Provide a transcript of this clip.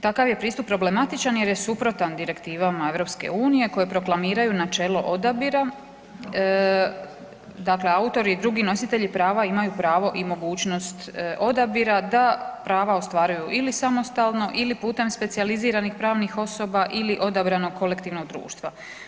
Takav je pristup problematičan jer je suprotan direktivama EU koji proklamiraju načelo odabira dakle autori i drugi nositelji prava imaju pravo i mogućnost odabira da prava ostvaruju ili samostalno ili putem specijaliziranih pravnih osoba ili odabranog kolektivnog društva.